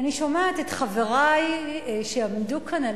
אני שומעת את חברי שעמדו כאן על